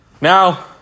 Now